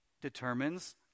determines